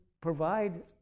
provide